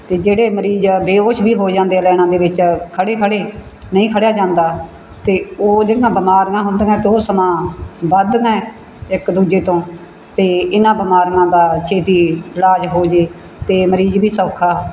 ਅਤੇ ਜਿਹੜੇ ਮਰੀਜ਼ ਆ ਬੇਹੋਸ਼ ਵੀ ਹੋ ਜਾਂਦੇ ਹੈ ਲਾਈਨਾਂ ਦੇ ਵਿੱਚ ਖੜ੍ਹੇ ਖੜ੍ਹੇ ਨਹੀਂ ਖੜ੍ਹਿਆ ਜਾਂਦਾ ਅਤੇ ਉਹ ਜਿਹੜੀਆਂ ਬਿਮਾਰੀਆਂ ਹੁੰਦੀਆਂ ਤੇ ਉਹ ਸਮਾਂ ਵੱਧ ਦੀਆਂ ਇੱਕ ਦੂਜੇ ਤੋਂ ਅਤੇ ਇਹਨਾਂ ਬਿਮਾਰੀਆਂ ਦਾ ਛੇਤੀ ਇਲਾਜ ਹੋ ਜੇ ਤਾਂ ਮਰੀਜ਼ ਵੀ ਸੌਖਾ